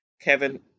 Kevin